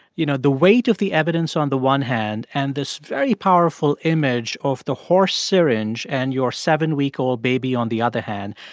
you know, the weight of the evidence on the one hand and this very powerful image of the horse syringe and your seven week old baby on the other hand,